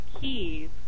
keys